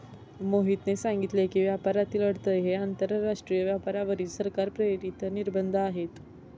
मोहितने सांगितले की, व्यापारातील अडथळे हे आंतरराष्ट्रीय व्यापारावरील सरकार प्रेरित निर्बंध आहेत